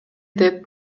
деп